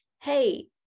hey